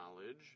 knowledge